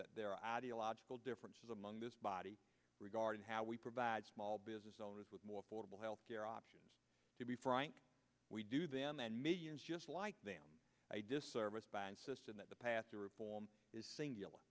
that their ideological differences among this body regarding how we provide small business owners with more affordable health care options to be frank we do them and millions just like a disservice by insisting that the path to reform is singular